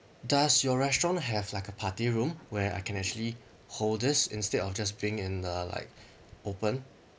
does your restaurant have like a party room where I can actually hold this instead of just being in the like open